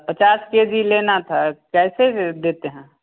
पचास K G लेना था कैसे दे देते हैं